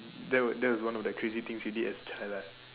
that was that was one of the crazy things you did as a child lah